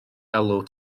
alw